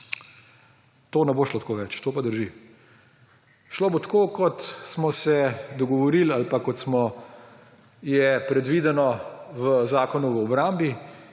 To ne bo šlo več tako. To pa drži. Šlo bo tako, kot smo se dogovorili ali kot je predvideno v Zakonu o obrambi,